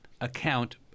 account